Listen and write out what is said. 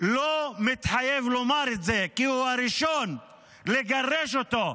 לא מתחייב לומר את זה, כי הוא הראשון לגרש אותו,